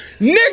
nigga